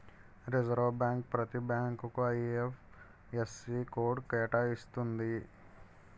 reserve Bank ప్రతి బ్యాంకుకు IFSC code కేటాయిస్తుంది